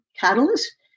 catalyst